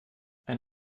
ein